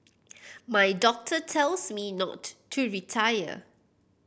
my doctor tells me not to retire